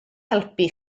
helpu